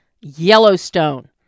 Yellowstone